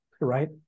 right